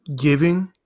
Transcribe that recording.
giving